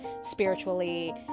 spiritually